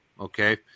Okay